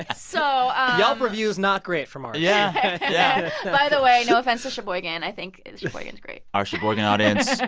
ah so. ah yelp reviews not great for mars yeah. yeah by the way, no offense to sheboygan. i think sheboygan's great our sheboygan audience,